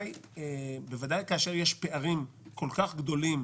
בוודאי כאשר יש פערים כל כך גדולים